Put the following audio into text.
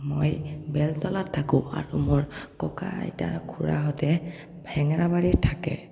মই বেলতলাত থাকোঁ আৰু মোৰ ককা আইতা খুৰাহঁতে হেঙেৰাবাৰীত থাকে